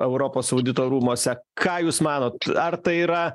europos audito rūmuose ką jūs manot ar tai yra